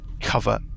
cover